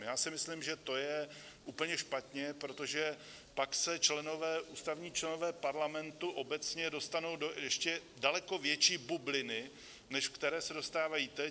Já si myslím, že to je úplně špatně, protože pak se ústavní členové Parlamentu obecně dostanou do ještě daleko větší bubliny, než do které se dostávají teď.